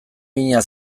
mina